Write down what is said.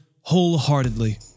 wholeheartedly